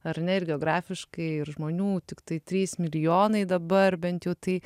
ar ne ir geografiškai ir žmonių tiktai trys milijonai dabar bent jau tai